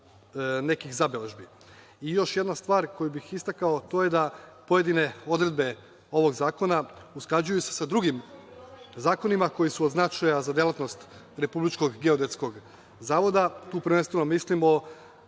nekih zabeležbi. Još jedna stvar koju bi istakao, to je da pojedine odredbe ovog zakona usklađuju se sa drugim zakonima koji su od značaja za delatnost Republičkog geodetskog zavoda. Tu prvenstveno mislimo